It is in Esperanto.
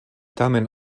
tamen